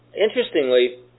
Interestingly